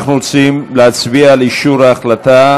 אנחנו רוצים להצביע על אישור ההחלטה.